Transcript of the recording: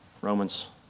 Romans